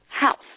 House